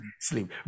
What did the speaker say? sleep